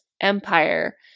empire